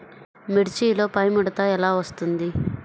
మిర్చిలో పైముడత ఎలా వస్తుంది?